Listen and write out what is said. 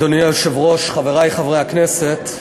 אדוני היושב-ראש, חברי חברי הכנסת,